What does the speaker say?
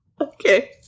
okay